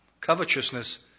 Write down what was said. Covetousness